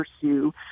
pursue